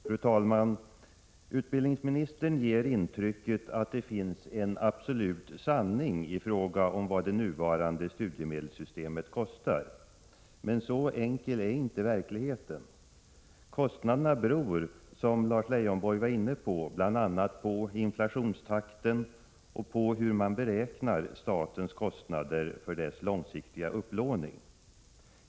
Fru talman! Utbildningsministern ger intrycket att det finns en absolut sanning i fråga om vad det nuvarande studiemedelssystemet kostar, men så enkel är naturligtvis inte verkligheten. Kostnaderna beror, som Lars Leijonborg sade, bl.a. på inflationstakten och på hur man beräknar statens kostnader för den långsiktiga upplåningen.